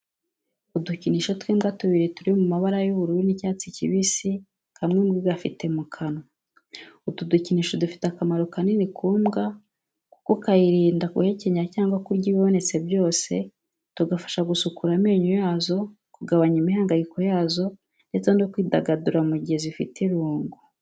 Udukinisho tw'imbwa tubiri turi mu mabara y'ubururu n'icyatsi kibisi, kamwe imbwa igafite mu kanwa. Utu dukinisho dufite akamaro kanini ku mbwa kuko kayirinda guhekenya cyangwa kurya ibibonetse byose, tugafasha gusukura amenyo yazo, kugabanya imihangayiko yazo ndetse no kwidagadura mu gihe zifite irungu.